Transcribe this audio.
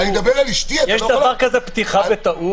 יש דבר כזה פתיחה בטעות?